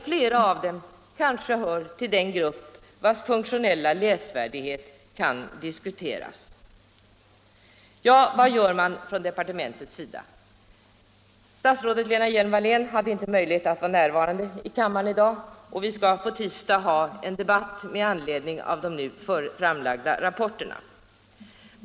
Flera av dem hör kanske till den grupp vars funktionella läsfärdighet kan diskuteras. Vad gör nu departementet? Statsrådet Hjelm-Wallén hade inte möjlighet att vara närvarande i kammaren i dag, men vi skall på tisdag ha en debatt med anledning av de framlagda rapporterna.